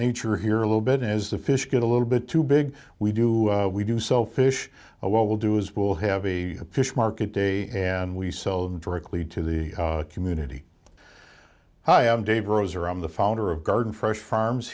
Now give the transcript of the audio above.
nature here a little bit as the fish get a little bit too big we do we do so fish what we'll do is we'll have a fish market day and we sold directly to the community hi i'm dave rose or i'm the founder of garden fresh farms